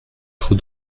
trop